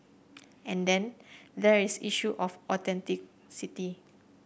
and then there is issue of authenticity